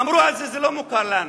אמרו: זה לא מוכר לנו.